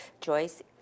Joyce